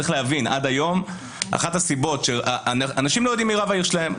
צריך להבין שאנשים לא יודעים מי רב העיר שלהם,